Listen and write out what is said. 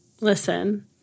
listen